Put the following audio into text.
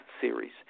series